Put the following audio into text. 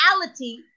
reality